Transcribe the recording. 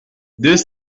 deux